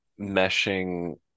meshing